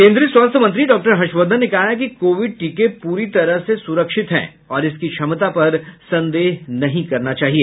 केन्द्रीय स्वास्थ्य मंत्री डॉक्टर हर्षवर्धन ने कहा है कि कोविड टीके प्ररी तरह से सुरक्षित हैं और इसकी क्षमता पर संदेह नहीं करना चाहिए